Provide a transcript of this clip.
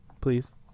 Please